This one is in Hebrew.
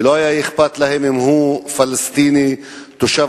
ולא היה אכפת להם אם הוא פלסטיני תושב